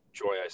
joy